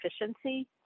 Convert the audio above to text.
efficiency